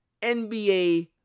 NBA